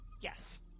Yes